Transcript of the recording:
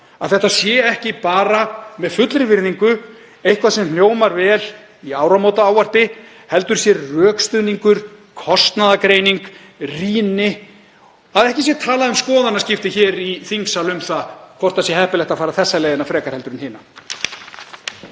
að þetta sé ekki bara, með fullri virðingu, eitthvað sem hljómar vel í áramótaávarpi heldur sé rökstuðningur, kostnaðargreining, rýni, að ekki sé talað um skoðanaskipti hér í þingsal um það hvort heppilegt sé að fara þessa leiðina frekar en hina.